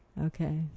Okay